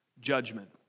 judgment